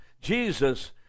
Jesus